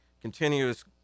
continuous